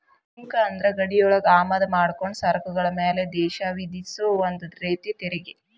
ಸುಂಕ ಅಂದ್ರ ಗಡಿಯೊಳಗ ಆಮದ ಮಾಡ್ಕೊಂಡ ಸರಕುಗಳ ಮ್ಯಾಲೆ ದೇಶ ವಿಧಿಸೊ ಒಂದ ರೇತಿ ತೆರಿಗಿ